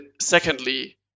secondly